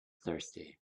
thirsty